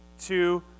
Two